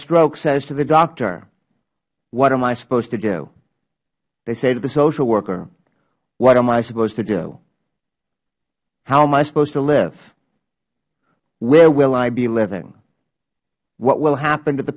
stroke says to the doctor what am i supposed to do they say to the social worker what am i supposed to do how am i supposed to live where will i be living what will happen to the